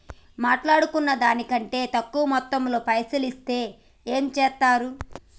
మాట్లాడుకున్న దాని కంటే తక్కువ మొత్తంలో పైసలు ఇస్తే ఏం చేత్తరు?